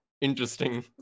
interesting